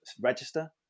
register